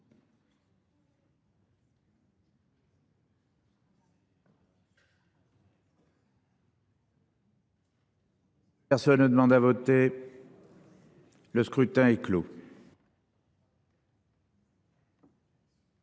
Personne ne demande à voter. Le scrutin est clos.